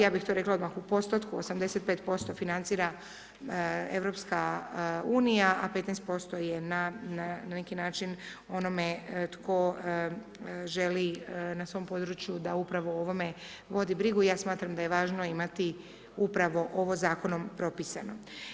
Ja bih to rekla odmah u postotku 85% financira EU a 15% na neki način onome tko želi na svom području da upravo o ovome vodi brigu i ja smatram da je važno imati upravo ovo zakonom propisano.